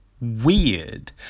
weird